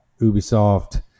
Ubisoft